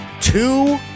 two